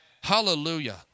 hallelujah